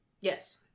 Yes